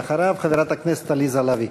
ואחריו, חברת הכנסת עליזה לביא.